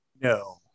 No